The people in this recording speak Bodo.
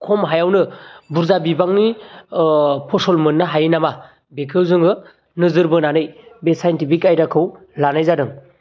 खम हायावनो बुरजा बिबांनि ओ फसल मोननो हायो नामा बेखौ जोङो नोजोर बोनानै बे साइनटिफिक आयदाखौ लानाय जादों